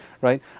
right